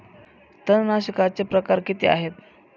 तणनाशकाचे प्रकार किती आहेत?